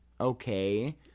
okay